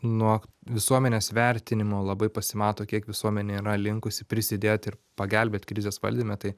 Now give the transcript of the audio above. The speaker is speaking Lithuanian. nuo visuomenės vertinimo labai pasimato kiek visuomenė yra linkusi prisidėt ir pagelbėt krizės valdyme tai